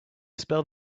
spell